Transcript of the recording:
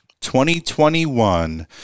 2021